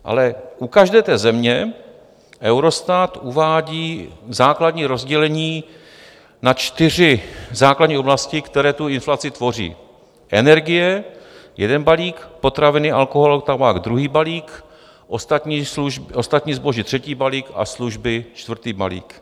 Ale u každé té země Eurostat uvádí základní rozdělení na čtyři základní oblasti, které tu inflaci tvoří: energie jeden balík; potraviny, alkohol, tabák druhý balík; ostatní zboží třetí balík; služby čtvrtý balík.